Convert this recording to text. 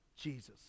Jesus